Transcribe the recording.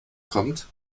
kommt